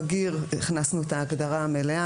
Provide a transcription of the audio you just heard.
"בגיר" הכנסנו את ההגדרה המלאה,